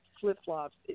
flip-flops